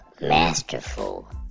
masterful